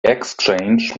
exchange